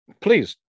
Please